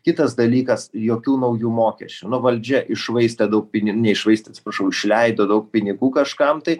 kitas dalykas jokių naujų mokesčių valdžia iššvaistė daug pinigų neiššvaistė atsiprašau išleido daug pinigų kažkam tai